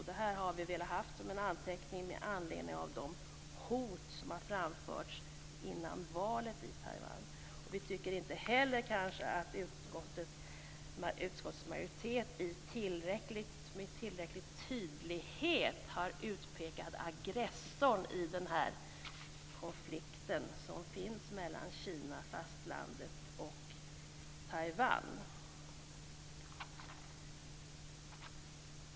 Det här har vi velat ha som en anteckning med anledning av de hot som har framförts innan valet i Taiwan. Vi tycker inte heller att utskottsmajoriteten med tillräcklig tydlighet har utpekat aggressorn i konflikten mellan Kina fastlandet och Taiwan.